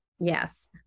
Yes